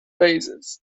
phases